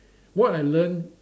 what I learn